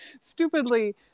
stupidly